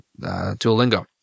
Duolingo